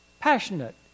Passionate